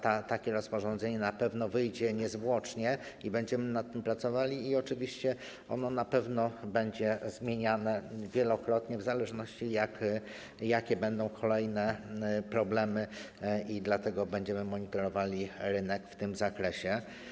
Takie rozporządzenie na pewno wyjdzie niezwłocznie i będziemy nad tym pracowali i oczywiście ono na pewno będzie zmieniane wielokrotnie w zależności od tego, jakie będą kolejne problemy, dlatego będziemy monitorowali rynek w tym zakresie.